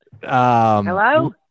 Hello